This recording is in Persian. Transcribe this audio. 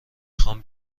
خوام